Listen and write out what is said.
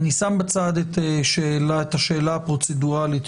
אני שם בצד את השאלה הפרוצדורלית,